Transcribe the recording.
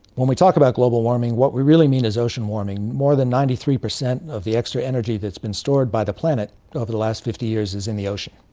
when we talk about global warming, what we really mean is ocean warming. more than ninety three percent of the extra energy that has been stored by the planet over the last fifty years is in the ocean.